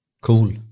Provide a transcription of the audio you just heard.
Cool